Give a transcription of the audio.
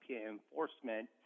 enforcement